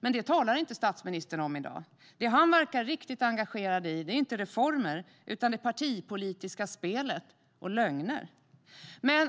Men det talar inte statsministern om i dag. Det han verkar riktigt engagerad i är inte reformer utan det partipolitiska spelet och lögner.